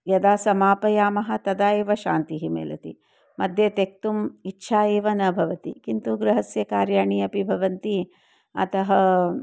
यदा समापयामः तदा एव शान्तिः मिलति मध्ये त्यक्तुम् इच्छा एव न भवति किन्तु गृहस्य कार्याणि अपि भवन्ति अतः